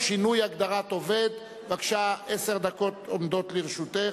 שירות מילואים בתקופת העבודה המועדפת),